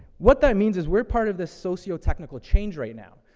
what that means, is we're part of this sociotechnical change right now.